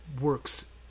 works